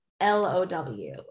L-O-W